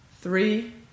three